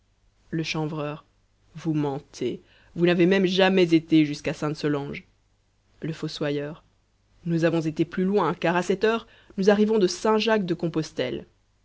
le chanvreur vous mentez vous n'avez même jamais été jusqu'à saintesolange le fossoyeur nous avons été plus loin car à cette heure nous arrivons de